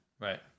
Right